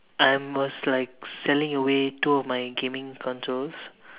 I was like selling away two of my gaming controls